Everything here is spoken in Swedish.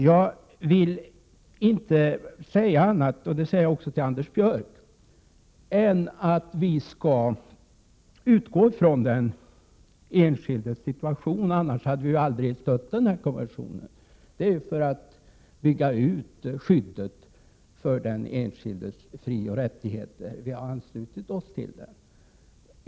Jag vill inte säga annat än — det säger jag också till Anders Björck — att vi skall utgå ifrån den enskildes situation. Annars hade vi aldrig stött den här konventionen. Det är ju för att bygga ut skyddet för den enskildes frioch rättigheter som vi har anslutit oss till denna konvention.